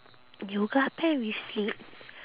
yoga pant with slit